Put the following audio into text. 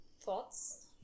Thoughts